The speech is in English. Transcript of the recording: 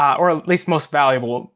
or at least most valuable.